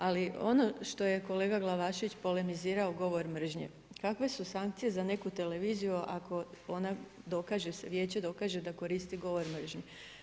Ali ono što je kolega Glavašević polemizirao govor mržnje, kakve su sankcije za neku televiziju ako ona dokaže se, Vijeće dokaže da koristi govor mržnje.